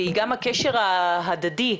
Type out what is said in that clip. וגם הקשר ההדדי,